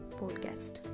podcast